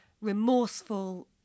remorseful